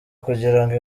kugirango